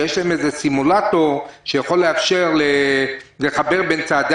שיש להם סימולטור שיכול לאפשר לחבר בין צעדי